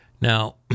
Now